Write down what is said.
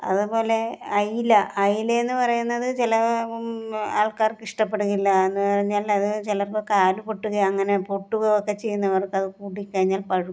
അതുപോലെ അയില അയില എന്ന് പറയുന്നത് ചില ആൾക്കാർക്ക് ഇഷ്ടപ്പെടുകില്ല എന്ന് പറഞ്ഞാൽ അത് ചിലപ്പം കാൽ പൊട്ടുകയോ അങ്ങനെ പൊട്ടുക ഒക്കെ ചെയ്യുന്നവർക്ക് അത് കൂട്ടിക്കഴിഞ്ഞാൽ പഴുക്കും